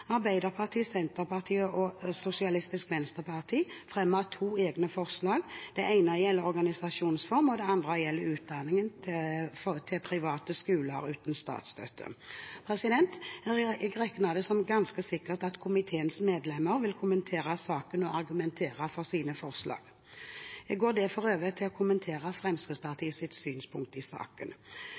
Arbeiderpartiet, Senterpartiet og Sosialistisk Venstreparti fremmer to egne forslag, det ene gjelder organisasjonsform, og det andre gjelder utdelinger til private skoler uten statsstøtte. Jeg regner det som ganske sikkert at komiteens medlemmer vil kommentere saken og argumentere for sine forslag. Jeg går derfor over til å kommentere Fremskrittspartiets synspunkt i saken.